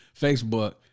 Facebook